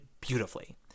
beautifully